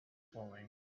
falling